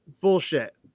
bullshit